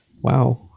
Wow